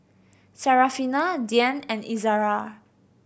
Syarafina Dian and Izara